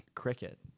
Cricket